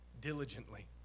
diligently